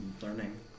learning